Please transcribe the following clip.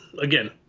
Again